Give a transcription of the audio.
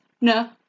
No